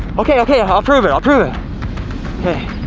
ok, ok ah i'll prove it i'll prove it ok